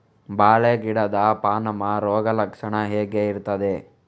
ಬಾಳೆ ಗಿಡದ ಪಾನಮ ರೋಗ ಲಕ್ಷಣ ಹೇಗೆ ಇರ್ತದೆ?